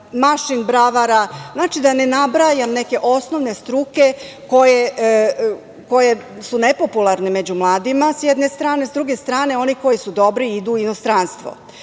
mašin bravara, da ne nabrajam neke osnovne struke, koje su nepopularne među mladima, sa jedne strane, a sa druge strane one koje su dobre, idu u inostranstvo. Mislim